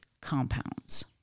compounds